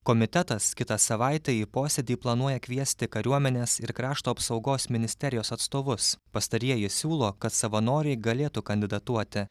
komitetas kitą savaitę į posėdį planuoja kviesti kariuomenės ir krašto apsaugos ministerijos atstovus pastarieji siūlo kad savanoriai galėtų kandidatuoti